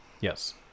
Yes